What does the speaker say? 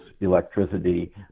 electricity